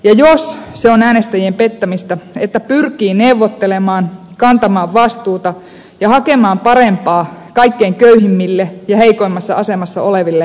jos se on äänestäjien pettämistä että pyrkii neuvottelemaan kantamaan vastuuta ja hakemaan parempaa kaikkein köyhimmille ja heikoimmassa asemassa oleville niin ihmettelen